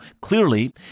clearly